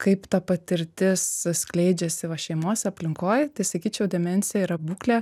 kaip ta patirtis skleidžiasi va šeimos aplinkoj tai sakyčiau demencija yra būklė